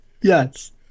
Yes